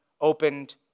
opened